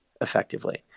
effectively